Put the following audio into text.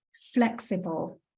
flexible